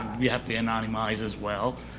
we have to anonymize, as well,